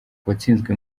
uwatsinzwe